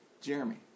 Jeremy